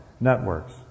networks